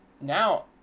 now